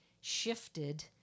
shifted